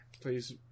Please